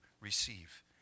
receive